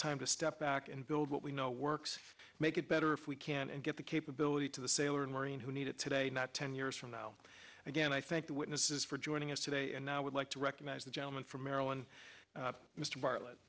time to step back and build what we know works make it better if we can and get the capability to the sailor and marine who need it today not ten years from now again i think the witnesses for joining us today and now would like to recognize the gentleman from maryland mr bartlett